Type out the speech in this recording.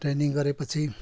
training गरेपछि